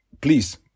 please